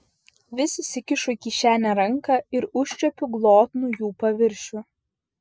vis įsikišu į kišenę ranką ir užčiuopiu glotnų jų paviršių